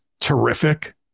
terrific